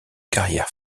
carrière